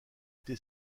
été